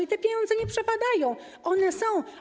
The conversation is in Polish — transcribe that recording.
I te pieniądze nie przepadają, one są.